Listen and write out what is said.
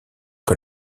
que